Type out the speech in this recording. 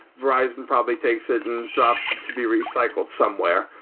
verizon probably takes it and drops it to be recycled somewhere.